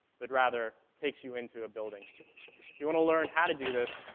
but rather takes you into a building. if you want to learn how to do this,